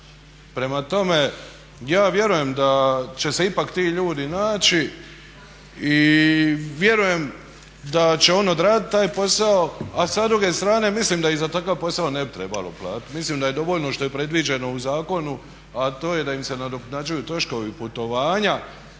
Prema tome, ja vjerujem da će se ipak ti ljudi naći i vjerujem da će oni odraditi taj posao. A sa druge strane mislim da im za takav posao ne bi trebalo platiti. Mislim da je dovoljno što je predviđeno u zakonu a to je da im se nadoknađuju troškovi putovanja